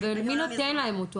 אבל מי נותן להם אותו?